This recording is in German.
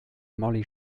molly